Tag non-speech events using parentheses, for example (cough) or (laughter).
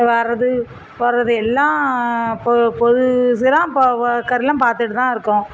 வர்றது போகிறது எல்லாம் பொ பொதுசுலாம் பா (unintelligible) எல்லாம் பார்த்துட்டு தான் இருக்கோம்